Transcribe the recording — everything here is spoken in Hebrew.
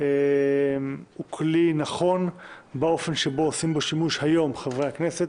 הוא כלי נכון באופן שבו עושים בו שימוש היום חברי הכנסת.